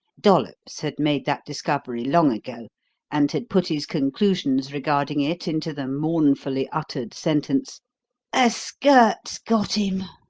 dollops had made that discovery long ago and had put his conclusions regarding it into the mournfully-uttered sentence a skirt's got him!